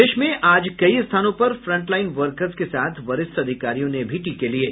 प्रदेश में आज कई स्थानों पर फ्रंटलाईन वर्कर्स के साथ वरिष्ठ अधिकारियों ने भी टीके लिये